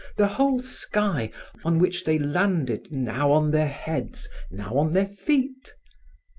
the whole sky on which they landed now on their heads, now on their feet.